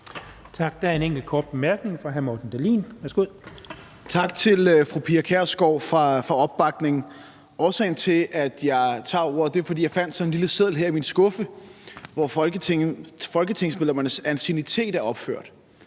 Tak til fru Pia Kjærsgaard for opbakningen. Årsagen til, at jeg tager ordet, er, at jeg fandt sådan en lille seddel her i min skuffe, hvor folketingsmedlemmernes anciennitet er opført,